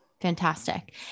fantastic